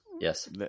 Yes